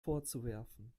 vorzuwerfen